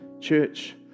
Church